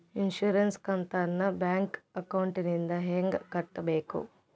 Insurance ಕಂತನ್ನ bank ಅಕೌಂಟಿಂದ ಹೆಂಗ ಕಟ್ಟಬೇಕು?